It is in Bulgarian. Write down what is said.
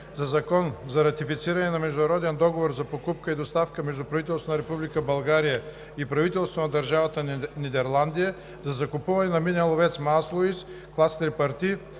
на закон за ратифициране на Международен договор за покупка и доставка между правителството на Република България и правителството на Държавата Нидерландия за закупуване на минен ловец „Мааслуис“, клас „Трипарти“,